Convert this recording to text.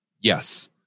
Yes